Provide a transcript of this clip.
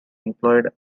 employed